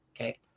okay